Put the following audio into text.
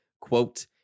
quote